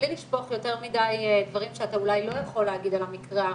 בלי לשפוך יותר מדי דברים שאתה אולי לא יכול להגיד על המקרה האחרון,